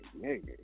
nigga